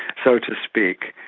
so to speak.